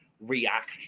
react